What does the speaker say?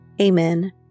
Amen